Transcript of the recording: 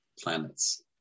planets